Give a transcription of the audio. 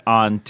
on